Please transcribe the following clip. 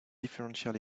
differential